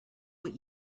what